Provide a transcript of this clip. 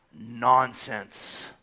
nonsense